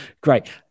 great